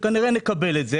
כנראה שנקבל אותו,